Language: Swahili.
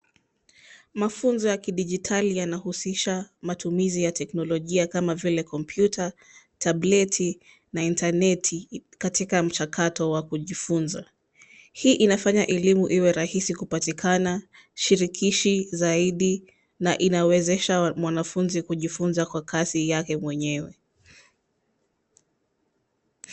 Mafunzo ya kidijitali yanahusisha matumiza ya teknolojia kama vile kompyuta, tableti, na intaneti, katika mchakato wa kujifunza. Hii inafanya elimu iwe rahisi kupatikana, shirikishi zaidi, na inawezesha mwanafunzi kujifunza kwa kasi yake mwenyewe.